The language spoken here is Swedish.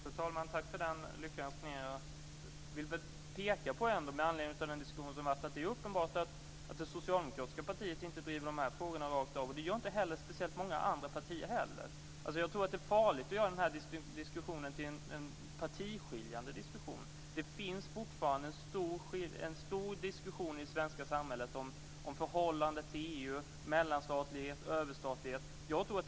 Fru talman! Jag tackar för den lyckönskningen. Jag vill ändå, med anledning av den diskussion som har varit, peka på att det är uppenbart att det socialdemokratiska partiet inte driver de här frågorna rakt av. Det gör inte heller speciellt många andra partier. Jag tror att det är farligt att göra det här till en partiskiljande diskussion. Det finns fortfarande en stor diskussion i det svenska samhället om förhållandet till EU, om mellanstatlighet och överstatlighet.